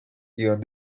iban